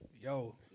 yo